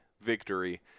victory